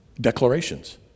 declarations